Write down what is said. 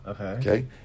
Okay